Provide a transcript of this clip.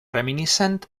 reminiscent